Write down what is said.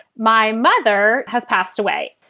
my mother has passed away.